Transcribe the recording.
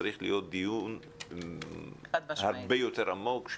צריך להיות דיון הרבה יותר עמוק,